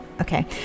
Okay